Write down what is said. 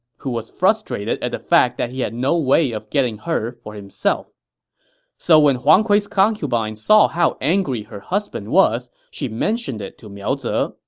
who was frustrated at the fact that he had no way of getting her for himself so when huang kui's concubine saw how angry her husband was, she mentioned it to miao ze,